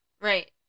Right